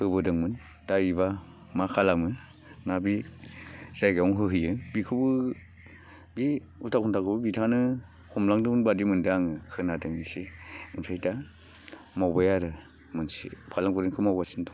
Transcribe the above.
होबोदोंमोन दा बेबा मा खालामो ना बे जायगायावनो होहोयो बेखौबो बे उलथा खन्दाखौबो बिथाङानो हमलांदोंमोन बादि मोनदों आङो खोनादों एसे ओमफ्राय दा मावबाय आरो मोनसे फालांगुरिनिखौ मावगासिनो दं